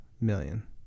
million